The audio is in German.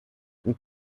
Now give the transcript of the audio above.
und